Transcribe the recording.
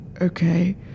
okay